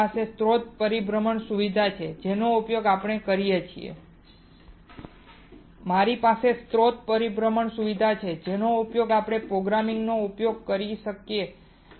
મારી પાસે સ્રોત પરિભ્રમણ સુવિધા છે જેનો ઉપયોગ આપણે કરી શકીએ છીએ મારી પાસે સ્રોત પરિભ્રમણ સુવિધા છે જેનો આપણે પ્રોગ્રામિંગનો ઉપયોગ કરી શકીએ છીએ